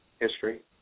History